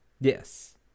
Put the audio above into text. Yes